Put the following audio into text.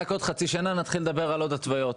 רק בעוד חצי שנה נתחיל לדבר על עוד התוויות".